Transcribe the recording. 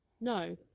no